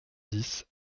dix